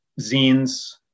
zines